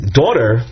daughter